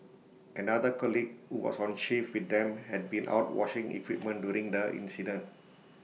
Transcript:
another colleague who was on shift with them had been out washing equipment during the incident